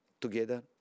together